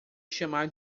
chamar